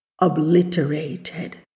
obliterated